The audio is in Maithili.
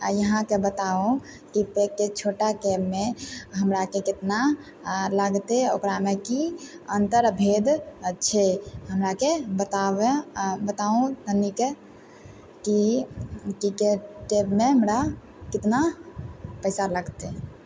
आ ईहाँ के बताउ की कैब के छोटा कैब मे हमराके केतना लागतै ओकरा मे की अन्तर आ भेद छै हमराके बताबऽ बताउ तनिके की कैब मे हमरा कितना पैसा लगतै